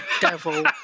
devil